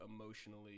emotionally